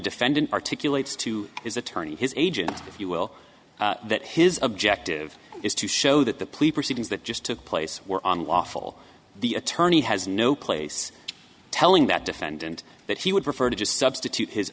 defendant articulate stew is attorney his agent if you will that his objective is to show that the police proceedings that just took place were on lawful the attorney has no place telling that defendant that he would prefer to just substitute his